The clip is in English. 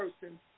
person